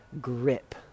grip